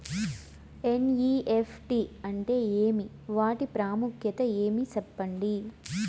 NEFT అంటే ఏమి వాటి ప్రాముఖ్యత ఏమి? సెప్పండి?